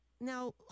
now